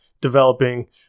developing